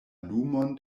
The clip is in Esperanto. lumon